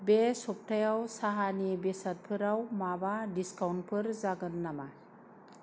बे सबथायाव साहानि बेसादफोराव माबा डिसकाउन्टफोर जागोन नामा